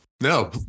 No